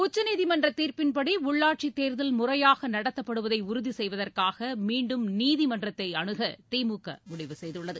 உச்சநீதிமன்ற தீர்ப்பின்படி உள்ளாட்சித் தேர்தல் முறையாக நடத்தப்படுவதை உறுதி செய்வதற்காக மீண்டும் நீதிமன்றத்தை அணுக திமுக முடிவு செய்துள்ளது